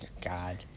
God